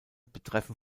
betreffen